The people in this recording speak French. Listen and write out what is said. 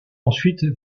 ensuite